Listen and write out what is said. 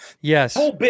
Yes